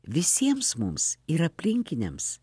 visiems mums ir aplinkiniams